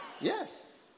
Yes